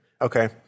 Okay